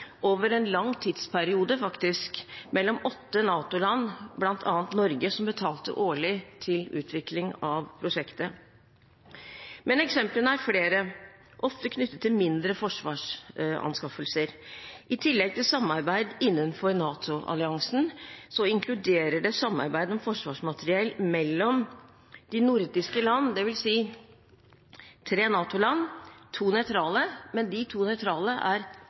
over en lang tidsperiode mellom åtte NATO-land, bl.a. Norge, som årlig betalte til utvikling av prosjektet. Eksemplene er flere, ofte knyttet til mindre forsvarsanskaffelser. I tillegg til samarbeid innenfor NATO-alliansen inkluderer det samarbeid om forsvarsmateriell mellom de nordiske land, dvs. tre NATO-land og to nøytrale land. De to nøytrale landene er